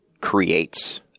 creates